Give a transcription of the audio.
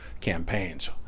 campaigns